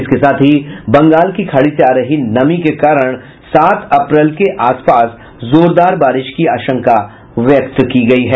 इसके साथ ही बंगाल की खाड़ी से आ रही नमी के कारण सात अप्रैल के आसपास जोरदार बारिश की आशंका व्यक्त की गयी है